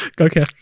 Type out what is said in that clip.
Okay